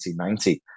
1990